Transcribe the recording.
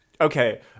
okay